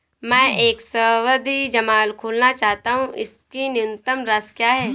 मैं एक सावधि जमा खोलना चाहता हूं इसकी न्यूनतम राशि क्या है?